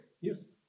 yes